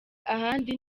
ahandi